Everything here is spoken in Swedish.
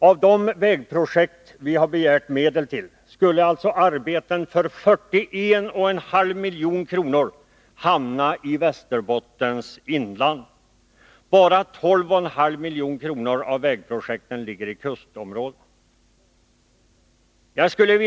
Av de vägprojekt vi har begärt medel till skulle arbeten för 41,5 milj.kr. hamna i Västerbottens inland. Bara 12,5 miljoner avser vägprojekt i kustområdet.